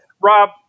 Rob